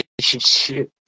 relationship